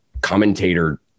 commentator